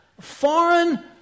foreign